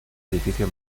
edificio